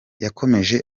yakomeje